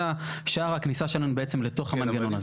זה שער הכניסה שלנו בעצם לתוך המנגנון הזה.